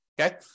Okay